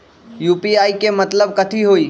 UPI के मतलब कथी होई?